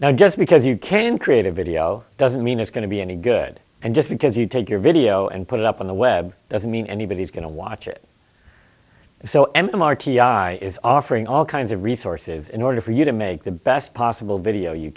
now just because you can create a video doesn't mean it's going to be any good and just because you take your video and put it up on the web doesn't mean anybody's going to watch it so m r t i is offering all kinds of resources in order for you to make the best possible video you